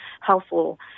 helpful